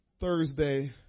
Thursday